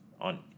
on